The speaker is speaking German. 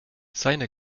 seine